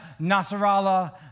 Nasrallah